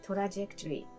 Trajectory